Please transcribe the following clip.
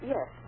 Yes